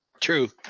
True